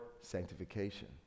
sanctification